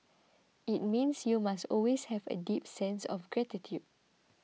it means you must always have a deep sense of gratitude